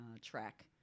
track